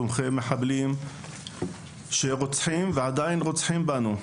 תומכי מחבלים שרוצחים ועדיין רוצחים בנו.